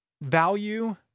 value